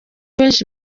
benshi